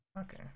Okay